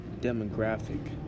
demographic